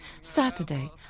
Saturday